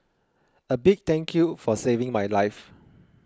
a big thank you for saving my life